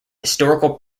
historical